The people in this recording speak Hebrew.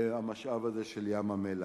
המשאב הזה של ים-המלח.